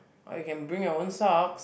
or you can bring your own sock